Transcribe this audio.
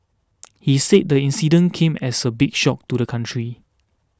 he said the incident came as a big shock to the country